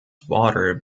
water